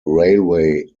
railway